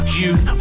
youth